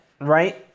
right